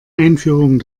einführung